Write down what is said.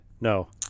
No